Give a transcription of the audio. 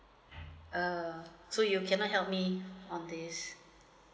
uh so you cannot help me on this